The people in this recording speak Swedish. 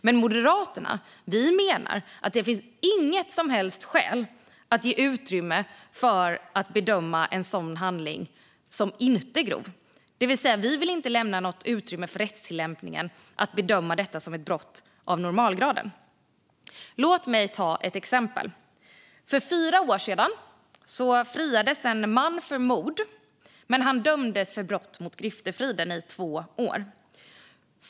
Men Moderaterna menar att det inte finns något som helst skäl att ge utrymme för att bedöma en sådan handling som icke grov. Vi vill inte lämna något utrymme för rättstillämpningen att bedöma den som ett brott av normalgraden. Låt mig ta ett exempel. För fyra år sedan friades en man för mord, men han dömdes för brott mot griftefriden till fängelse i två år.